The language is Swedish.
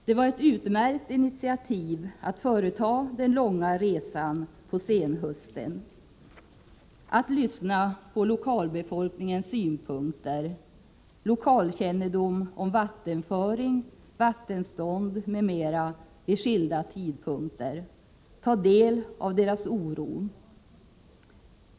Det var ett utmärkt initiativ att på senhösten företa den långa resan, att lyssna på lokalbefolkningens synpunkter, lokalkännedom om vattenföring, vattenstånd m.m., vid skilda tidpunkter, och att ta del av människornas oro.